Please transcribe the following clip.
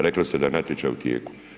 Rekli ste da je natječaj u tijeku.